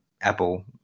apple